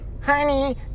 Honey